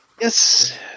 Yes